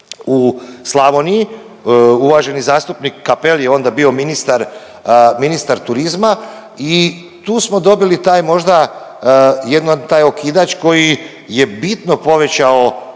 u Slavoniji. Uvaženi zastupnik Cappelli je onda bio ministar, ministar turizma i tu smo dobili taj možda jedan taj okidač koji je bitno povećao